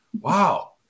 Wow